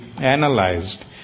analyzed